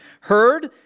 heard